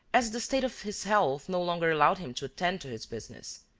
as the state of his health no longer allowed him to attend to his business,